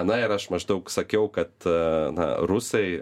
na ir aš maždaug sakiau kad na rusai